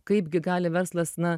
kaipgi gali verslas na